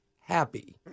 happy